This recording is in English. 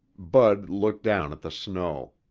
bud looked down at the snow.